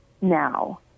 now